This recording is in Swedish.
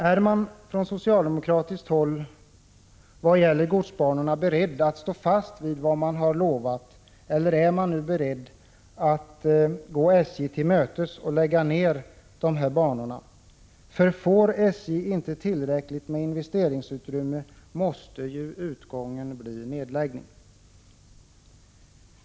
Är man från socialdemokratiskt håll beredd att vad gäller godsbanorna stå fast vid vad man har lovat, eller är man nu beredd att gå SJ till mötes och lägga ner dessa banor? Får SJ inte tillräckligt med investeringsutrymme, måste nämligen utgången bli nedläggning.